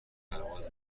پرواز